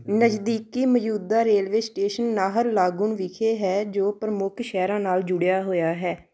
ਨਜ਼ਦੀਕੀ ਮੌਜੂਦਾ railway station Naharlagun ਵਿਖੇ ਹੈ ਜੋ ਪ੍ਰਮੁੱਖ ਸ਼ਹਿਰਾਂ ਨਾਲ ਜੁੜਿਆ ਹੋਇਆ ਹੈ